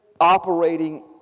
operating